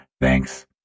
Thanks